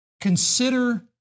Consider